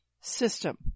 system